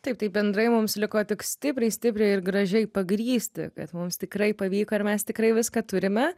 taip tai bendrai mums liko tik stipriai stipriai ir gražiai pagrįsti kad mums tikrai pavyko ir mes tikrai viską turime